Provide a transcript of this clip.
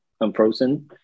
unfrozen